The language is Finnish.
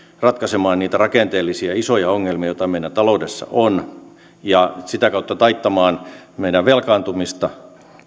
ratkaisemaan niitä rakenteellisia isoja ongelmia joita meidän taloudessamme on ja sitä kautta taittamaan meidän velkaantumistamme